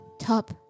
Top